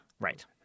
right